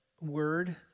word